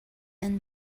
than